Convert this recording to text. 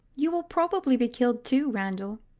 you will probably be killed, too, randall.